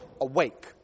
awake